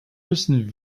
müssen